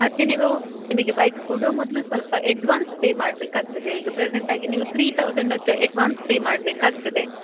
ಮತ್ತು ನೀವು ನಿಮಗೆ ಬೈಕ್ ಕೊಡೊ ಮೊದಲು ಸ್ವಲ್ಪ ಎಡ್ವಾನ್ಸ್ ಪೇ ಮಾಡಬೇಕಾಗ್ತದೆ ಈಗ ಪ್ರೆಸೆಂಟಾಗಿ ನೀವು ತ್ರೀ ತೌಸಂಡ್ ಅಷ್ಟು ಎಡ್ವಾನ್ಸ್ ಪೇ ಮಾಡಬೇಕಾಗ್ತದೆ